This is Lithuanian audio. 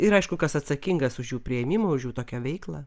ir aišku kas atsakingas už jų priėmimą už jų tokią veiklą